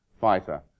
fighter